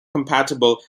compatible